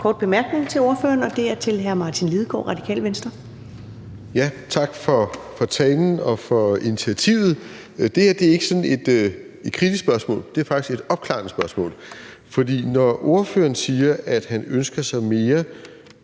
kort bemærkning til ordføreren, og det er fra hr. Martin Lidegaard, Radikale Venstre. Kl. 19:10 Martin Lidegaard (RV): Tak for talen og for initiativet. Det her er ikke sådan et kritisk spørgsmål. Det er faktisk et opklarende spørgsmål. Når ordføreren siger, at han ønsker mere